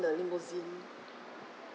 the limousine